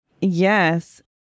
Yes